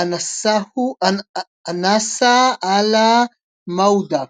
آنسة على الموضة